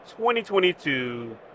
2022